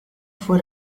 fue